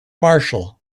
marshall